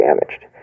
damaged